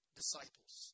disciples